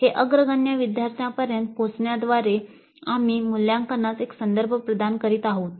हे अग्रगण्य विद्यार्थ्यांपर्यंत पोचवण्याद्वारे आम्ही मूल्यांकनास एक संदर्भ प्रदान करीत आहोत